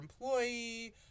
employee